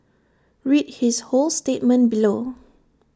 read his whole statement below